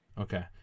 Okay